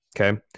Okay